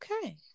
okay